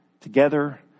together